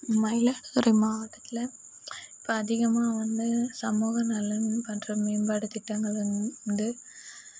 மயிலாடுதுறை மாவட்டத்தில் இப்போ அதிகமாக வந்து சமூக நலன் மற்றும் மேம்பாடு திட்டங்கள் வந்து